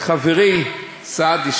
חברי סעדי,